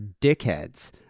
dickheads